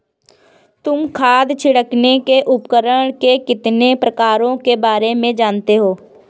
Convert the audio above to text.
तुम खाद छिड़कने के उपकरण के कितने प्रकारों के बारे में जानते हो?